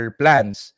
plans